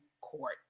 Court